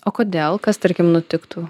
o kodėl kas tarkim nutiktų